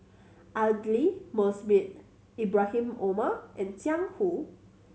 Aidli Mosbit Ibrahim Omar and Jiang Hu